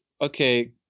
okay